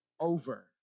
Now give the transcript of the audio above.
over